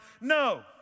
No